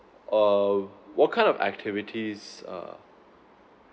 err what kind of activities uh